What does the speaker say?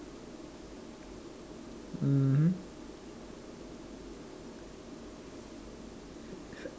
mmhmm